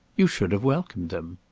you should have welcomed them.